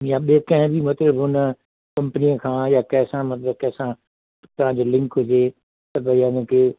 या ॿिए कंहिं बि मतलबु हुन कंपनीअ खां या कंहिं सां मतलबु कंहिं सां तव्हांजो लिंक हुजे त भई मूंखे